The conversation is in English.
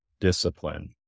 discipline